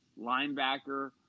linebacker